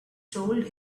told